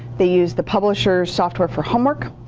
they use the publisher's software for homework,